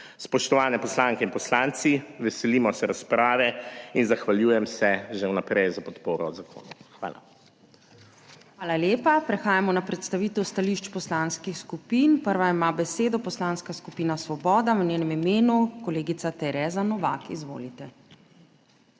Spoštovane poslanke in poslanci, veselimo se razprave in zahvaljujem se že vnaprej za podporo zakonu. Hvala. **PREDSEDNICA MAG. URŠKA KLAKOČAR ZUPANČIČ:** Hvala lepa. Prehajamo na predstavitev stališč poslanskih skupin. Prva ima besedo Poslanska skupina Svoboda, v njenem imenu kolegica Tereza Novak. Izvolite.